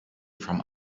from